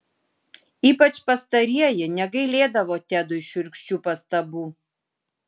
ypač pastarieji negailėdavo tedui šiurkščių pastabų